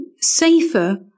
safer